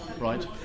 Right